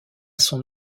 son